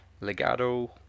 legato